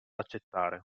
accettare